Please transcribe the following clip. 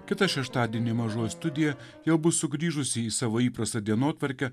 kitą šeštadienį mažoji studija jau bus sugrįžusi į savo įprastą dienotvarkę